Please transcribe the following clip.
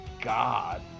God